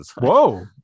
Whoa